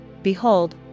Behold